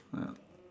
ya